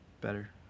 Better